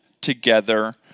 together